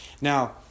Now